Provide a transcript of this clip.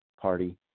party